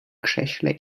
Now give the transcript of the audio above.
krześle